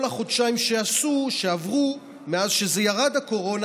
כל החודשיים שעברו מאז שירדה הקורונה,